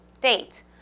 date